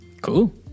cool